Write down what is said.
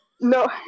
No